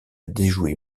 déjouer